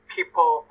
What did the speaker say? People